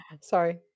Sorry